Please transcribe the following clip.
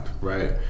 right